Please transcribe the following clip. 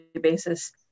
basis